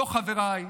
לא, חבריי,